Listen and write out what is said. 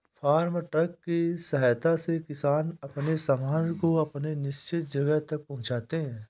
farm truck की सहायता से किसान अपने सामान को अपने निश्चित जगह तक पहुंचाते हैं